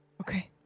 Okay